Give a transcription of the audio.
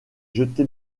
jeté